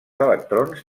electrons